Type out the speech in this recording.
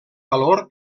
valor